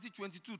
2022